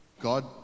God